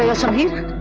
ah sahiba,